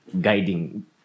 guiding